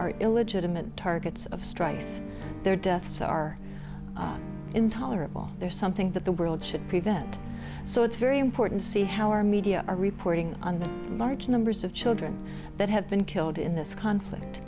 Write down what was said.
are illegitimate targets of strike their deaths are intolerable they're something that the world should prevent so it's very important to see how our media are reporting on the large numbers of children that have been killed in this conflict